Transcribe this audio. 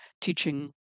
teaching